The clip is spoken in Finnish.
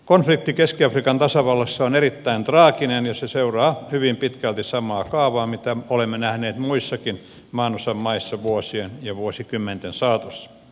konflikti keski afrikan tasavallassa on erittäin traaginen ja seuraa hyvin pitkälti samaa kaavaa mitä olemme nähneet muissakin maanosan maissa vuosien ja vuosikymmenten saatossa